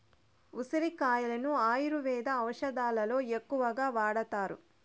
ఉసిరి కాయలను ఆయుర్వేద ఔషదాలలో ఎక్కువగా వాడతారు